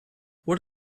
what